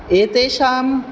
एतेषाम्